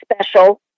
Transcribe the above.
special